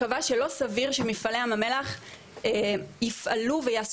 קבע שלא סביר שמפעלי ים המלח יפעלו ויעשו